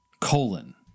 Colon